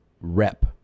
rep